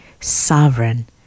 sovereign